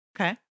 Okay